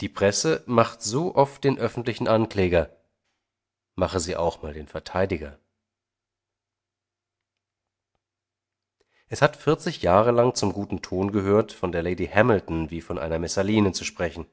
die presse macht so oft den öffentlichen ankläger mache sie auch mal den verteidiger es hat vierzig jahre lang zum guten ton gehört von der lady hamilton wie von einer messaline zu sprechen